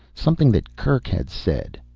something that kerk had said.